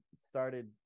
started